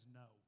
no